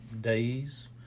days